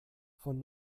von